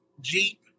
Jeep